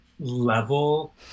level